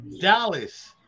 Dallas